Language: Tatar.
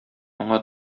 моңа